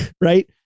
Right